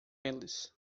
eles